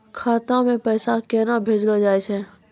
खाता से पैसा केना भेजलो जाय छै?